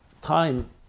time